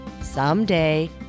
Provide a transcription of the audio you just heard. Someday